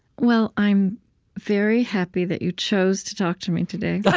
well, i'm very happy that you chose to talk to me today, yeah